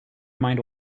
mind